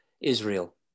Israel